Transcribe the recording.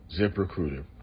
ZipRecruiter